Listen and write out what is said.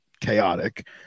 chaotic